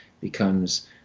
becomes